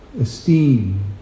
esteem